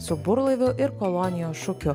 su burlaiviu ir kolonijos šūkiu